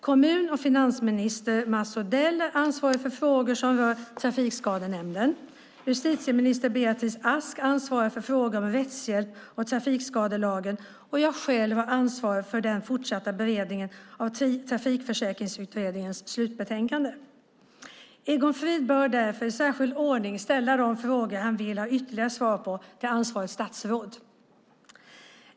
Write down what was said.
Kommun och finansmarknadsminister Mats Odell är ansvarig för frågor som rör Trafikskadenämnden. Justitieminister Beatrice Ask ansvarar för frågor om rättshjälp och trafikskadelagen, och jag själv har ansvar för den fortsatta beredningen av Trafikförsäkringsutredningens slutbetänkande. Egon Frid bör därför i särskild ordning till ansvarigt statsråd ställa de frågor han vill ha ytterligare svar på.